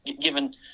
given